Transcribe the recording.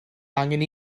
angen